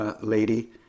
lady